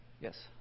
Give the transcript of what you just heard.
yes